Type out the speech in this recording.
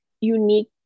unique